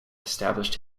established